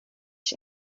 się